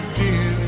dear